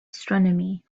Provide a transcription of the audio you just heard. astronomy